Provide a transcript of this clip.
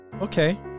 Okay